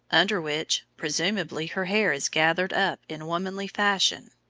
under which, presumably, her hair is gathered up in womanly fashion,